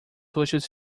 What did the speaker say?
rostos